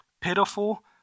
pitiful